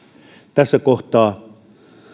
tässä kohtaa